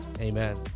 Amen